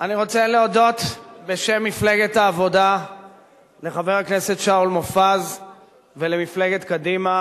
אני רוצה להודות בשם מפלגת העבודה לחבר הכנסת שאול מופז ולמפלגת קדימה.